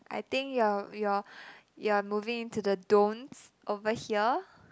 I think you're you're you're moving into the don'ts over here